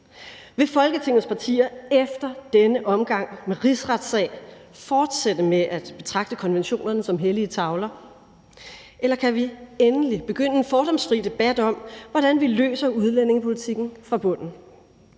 Vil Folketingets partier efter denne omgang med en rigsretssag fortsætte med at betragte konventionerne som hellige tavler? Eller kan vi endelig begynde en fordomsfri debat om, hvordan vi løser udlændingepolitikken fra bunden?